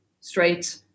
straight